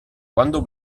quando